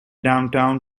downtown